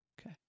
Okay